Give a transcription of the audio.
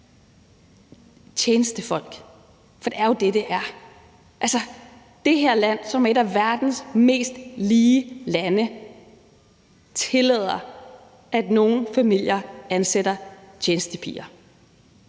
på det modsatte. Det er bare ikke i orden, at det her land som et af verdens mest lige lande tillader, at nogle familier ansætter tjenestepiger.